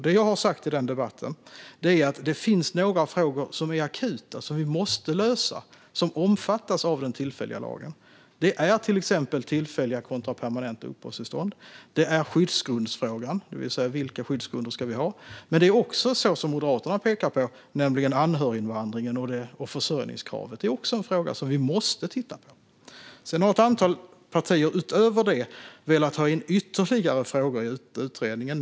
Det jag har sagt i den debatten är att det finns några frågor som är akuta som vi måste lösa och som omfattas av den tillfälliga lagen. Det är till exempel tillfälliga kontra permanenta uppehållstillstånd. Det är skyddsgrundsfrågan, det vill säga vilka skyddsgrunder vi ska ha. Men det är också, som Moderaterna pekar på, anhöriginvandringen och försörjningskravet. Det är också en fråga som vi måste titta på. Sedan har ett antal partier utöver det velat ta in ytterligare frågor i utredningen.